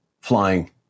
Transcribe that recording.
Flying